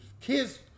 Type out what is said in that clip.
Kids